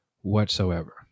whatsoever